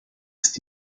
ist